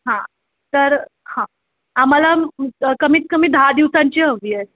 हां तर हां आम्हाला कमीतकमी दहा दिवसांची हवी आहे